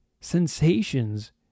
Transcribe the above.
sensations